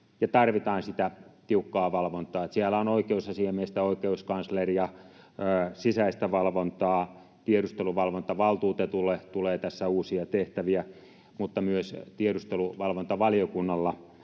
tarvitaan tiukkaa valvontaa, niin että siellä on oikeusasiamiestä, oikeuskansleria, sisäistä valvontaa. Tiedusteluvalvontavaltuutetulle tulee tässä uusia tehtäviä, mutta myös tiedusteluvalvontavaliokunnalla